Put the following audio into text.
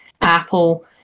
Apple